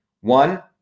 One